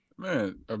Man